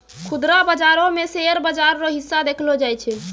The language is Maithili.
खुदरा बाजारो मे शेयर बाजार रो हिस्सा देखलो जाय छै